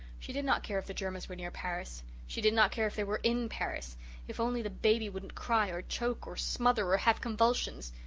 she did not care if the germans were near paris she did not care if they were in paris if only the baby wouldn't cry or choke or smother or have convulsions.